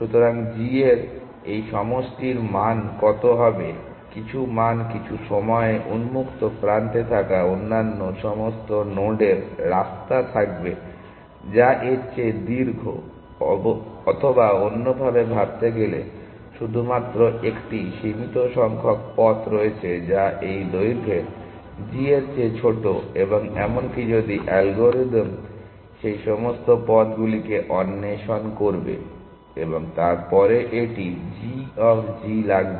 সুতরাং g এর এই সমষ্টির মান কত হবে কিছু মান কিছু সময়ে উন্মুক্ত প্রান্তে থাকা অন্যান্য সমস্ত নোডের রাস্তা থাকবে যা এর চেয়ে দীর্ঘ অথবা অন্যভাবে ভাবতে গেলে শুধুমাত্র একটি সীমিত সংখ্যক পথ রয়েছে যা এই দৈর্ঘ্যের g এর চেয়ে ছোট এবং এমনকি যদি অ্যালগরিদম সেই সমস্ত পথগুলিকে অন্বেষণ করবে এবং তারপরে এটি g অফ g লাগবে